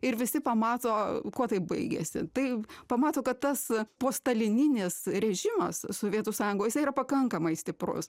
ir visi pamato kuo tai baigėsi tai pamato kad tas po stalininis režimas sovietų sąjungoj jisai yra pakankamai stiprus